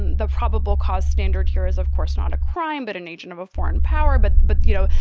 the probable cause standard here is, of course, not a crime, but an agent of a foreign power. but but, you know,